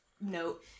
note